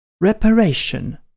Reparation